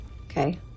okay